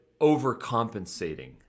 overcompensating